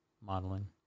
modeling